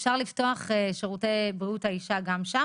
אפשר לפתוח שירותי בריאות האישה גם שם